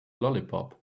lollipop